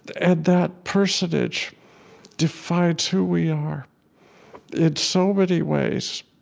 and that personage defines who we are in so many ways.